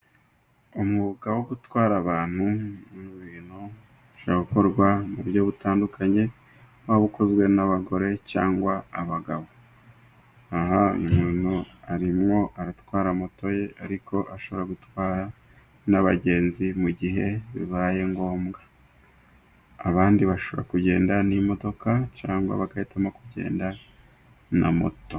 Umwuga wo gutwara abantu n'ibintu ukorwa mu buryo butandukanye ,waba ukozwe n'abagore cyangwa abagabo, aha umuntu arimwo aratwara moto ye ,ariko ashobora gutwara n'abagenzi mu gihe bibaye ngombwa ,abandi bashobora kugenda n'imodoka, cyangwa bagahitamo kugenda na moto.